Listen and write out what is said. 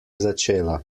začela